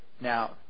Now